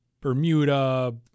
Bermuda